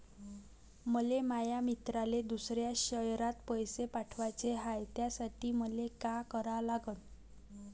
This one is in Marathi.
मले माया मित्राले दुसऱ्या शयरात पैसे पाठवाचे हाय, त्यासाठी मले का करा लागन?